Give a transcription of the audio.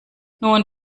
nun